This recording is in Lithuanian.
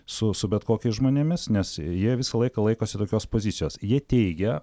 su su bet kokiais žmonėmis nes jie visą laiką laikosi tokios pozicijos jie teigia